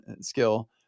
skill